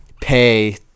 pay